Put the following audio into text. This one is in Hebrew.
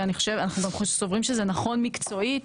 ואנחנו גם סוברים שזה נכון מקצועית,